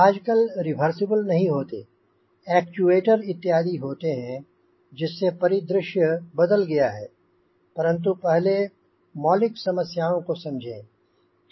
आजकल रिवर्सिबल नहीं होते एक्चुएटर इत्यादि होते हैं जिससे परिदृश्य बदल गया है परंतु पहले मौलिक समस्याों को समझें